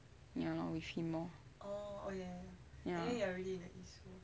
ya lor with him lor